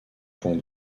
point